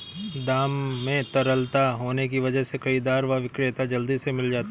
दाम में तरलता होने की वजह से खरीददार व विक्रेता जल्दी से मिल जाते है